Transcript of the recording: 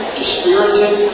dispirited